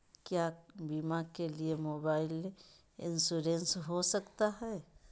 क्या बीमा के लिए मोबाइल इंश्योरेंस हो सकता है?